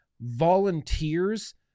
volunteers